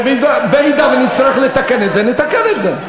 ואם נצטרך לתקן את זה נתקן את זה.